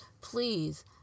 please